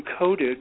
encoded